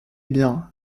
bien